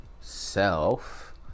self